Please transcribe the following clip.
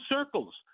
circles